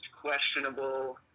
questionable